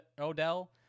Odell